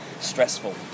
stressful